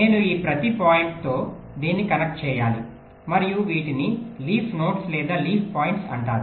నేను ఈ ప్రతి పాయింట్తో దీన్ని కనెక్ట్ చేయాలి మరియు వీటిని లీఫ్ నోడ్స్ లేదా లీఫ్ పాయింట్స్ అంటారు